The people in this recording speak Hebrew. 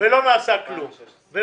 ולא נעשה כלום.